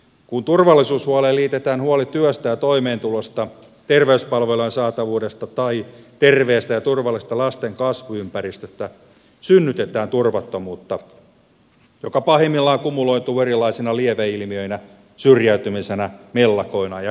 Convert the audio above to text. kun turvallisuushuoleen liitetään huoli työstä ja toimeentulosta terveyspalvelujen saatavuudesta tai terveestä ja turvallisesta lasten kasvuympäristöstä synnytetään turvattomuutta joka pahimmillaan kumuloituu erilaisina lieveilmiöinä syrjäytymisenä mellakoina ja rikollisuutena